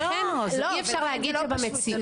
ולכן זה לא פשוט --- אי אפשר להגיד שבמציאות --- לא.